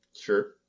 sure